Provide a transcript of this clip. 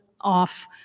off